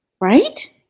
Right